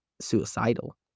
suicidal